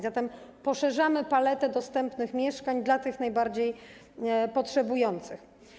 Zatem poszerzamy paletę dostępnych mieszkań dla tych najbardziej potrzebujących.